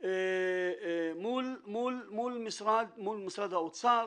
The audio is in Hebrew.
מול משרד האוצר,